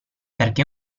perché